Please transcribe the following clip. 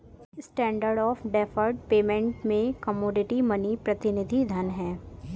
standard of deferred payment में commodity money प्रतिनिधि धन हैं